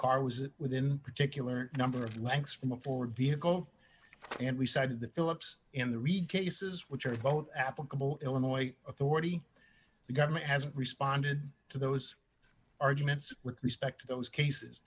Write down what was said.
car was it within particular number of legs from a forward vehicle and we cited the philips in the read cases which are both applicable illinois authority the government hasn't responded to those arguments with respect to those cases